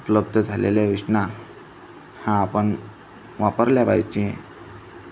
उपलब्ध झालेल्या योषना हा आपण वापरल्या पाहिजे